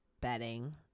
betting